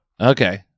okay